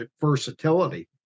versatility